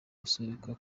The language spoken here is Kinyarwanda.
gusubikwa